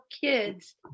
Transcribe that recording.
kids